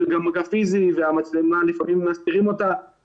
גם מגע פיזי ולפעמים מסתירים את המצלמה,